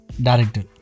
director